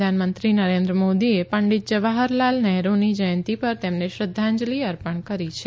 પ્રધાનમંત્રી નરેન્દ્ર મોદીએ પંડિત જવાહરલાલ નહેરુની જયંતી પર તેમને શ્રદ્ધાંજલિ અર્પણ કરી છે